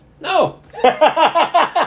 No